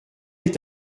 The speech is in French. est